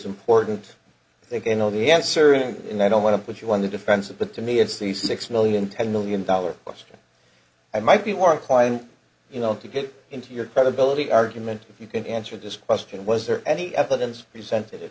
important that you know the answer and and i don't want to put you on the defensive but to me it's the six million ten million dollar question i might be more quiet in all to get into your credibility argument if you can answer this question was there any evidence presented